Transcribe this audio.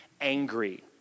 angry